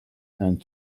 and